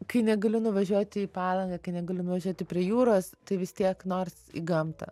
kai negaliu nuvažiuoti į palangą kai negaliu nuvažiuoti prie jūros tai vis tiek nors į gamtą